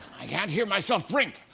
i can't hear myself drink.